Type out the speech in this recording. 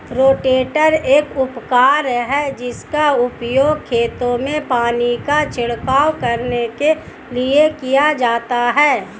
rotator एक उपकरण है जिसका उपयोग खेतों में पानी का छिड़काव करने के लिए किया जाता है